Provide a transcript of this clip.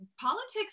politics